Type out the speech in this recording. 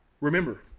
Remember